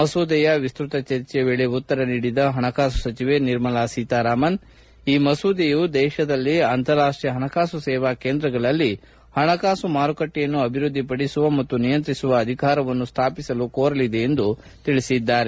ಮಸೂದೆಯ ವಿಸ್ತ್ರತ ಚರ್ಚೆಯ ವೇಳೆ ಉತ್ತರ ನೀಡಿದ ಹಣಕಾಸು ಸಚಿವೆ ನಿರ್ಮಾಲಾ ಸೀತಾರಾಮನ್ ಈ ಮಸೂದೆಯು ದೇಶದಲ್ಲಿ ಅಂತಾರಾಷ್ಟೀಯ ಹಣಕಾಸು ಸೇವಾ ಕೇಂದ್ರಗಳಲ್ಲಿ ಹಣಕಾಸು ಮಾರುಕಟ್ಟೆಯನ್ನು ಅಭಿವೃದ್ದಿಪಡಿಸುವ ಮತ್ತು ನಿಯಂತ್ರಿಸುವ ಅಧಿಕಾರವನ್ನು ಸ್ಥಾಪಿಸಲು ಕೋರಲಿದೆ ಎಂದಿದ್ದಾರೆ